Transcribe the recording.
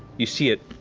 you see it